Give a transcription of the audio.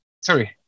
sorry